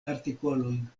artikolojn